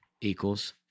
equals